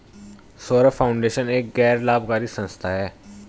Saurabh foundation एक गैर लाभकारी संस्था है